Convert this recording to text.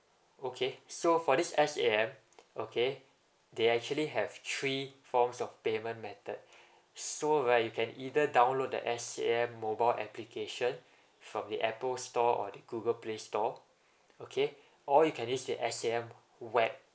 okay so for this S_A_M okay they actually have three forms of payment method so right you can either download the S_A_M mobile application from the apple store or the google play store okay or you can use the S_A_M web